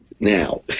now